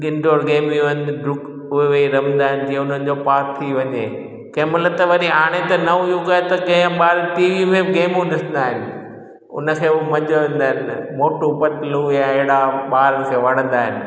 indoor गेमियूं आहिनि ग्रुक उहे वेई रमंदा आहिनि जीअं उन्हनि जो पाट थी वञे कंहिं महिल त वरी हाणे त नओं युग आहे त कंहिं ॿार टी वी में बि गेमू ॾिसंदा आहिनि हुनखे उहो पंच हूंदा आहिनि मोटू पतलू या अहिड़ा ॿार खे वणंदा आहिनि